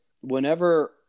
whenever